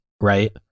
right